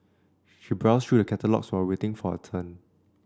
she browsed through the catalogues while waiting for her turn